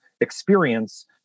experience